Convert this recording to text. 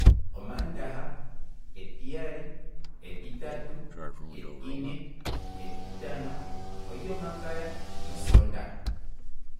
Omaandaha, etiyali, etitatu, etine, etitano, olyomakaya, osoondaha